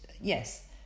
yes